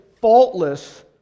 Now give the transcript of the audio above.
faultless